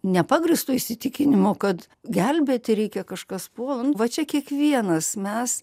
nepagrįsto įsitikinimo kad gelbėti reikia kažkas puola va čia kiekvienas mes